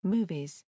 Movies